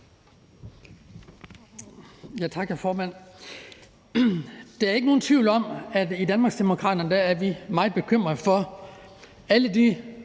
Tak, hr. formand. Der er ikke nogen tvivl om, at i Danmarksdemokraterne er vi meget bekymrede over alle de